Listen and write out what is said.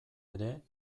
ere